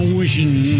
wishing